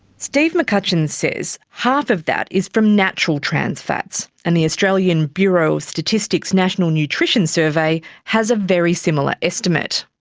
steve mccutcheon says half of that is from natural trans fats, and the australian bureau of statistics national nutrition survey has a very similar estimate.